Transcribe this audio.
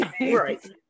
right